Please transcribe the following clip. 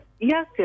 yes